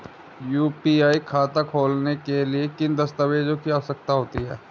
UPI खाता खोलने के लिए किन दस्तावेज़ों की आवश्यकता होती है?